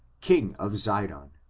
king of zidon,